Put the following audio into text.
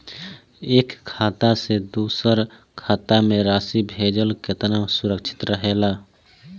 एक खाता से दूसर खाता में राशि भेजल केतना सुरक्षित रहेला?